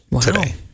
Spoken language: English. today